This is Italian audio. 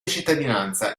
cittadinanza